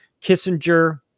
Kissinger